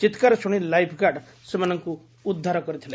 ଚିକ୍କାର ଶୁଶି lifeguard ସେମାନଙ୍କୁ ଉଦ୍ଧାର କରିଥିଲେ